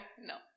No